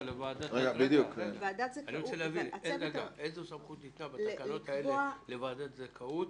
אני רוצה להבין איזה סמכות ניתנה בתקנות האלה לוועדת הזכאות